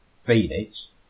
Phoenix